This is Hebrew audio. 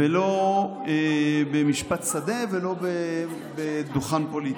ולא במשפט שדה ולא בדוכן פוליטי.